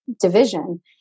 division